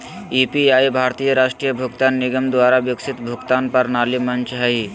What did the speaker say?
UPI भारतीय राष्ट्रीय भुगतान निगम द्वारा विकसित भुगतान प्रणाली मंच हइ